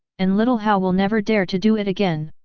and little hao will never dare to do it again!